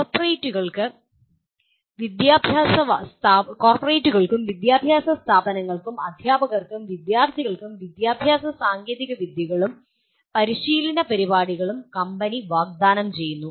കോർപ്പറേറ്റുകൾക്കും വിദ്യാഭ്യാസ സ്ഥാപനങ്ങൾക്കും അധ്യാപകർക്കും വിദ്യാർത്ഥികൾക്കും വിദ്യാഭ്യാസ സാങ്കേതികവിദ്യകളും പരിശീലന പരിപാടികളും കമ്പനി വാഗ്ദാനം ചെയ്യുന്നു